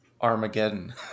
Armageddon